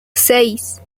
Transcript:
seis